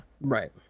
Right